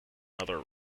another